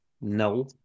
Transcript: No